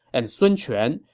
and sun quan,